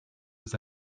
his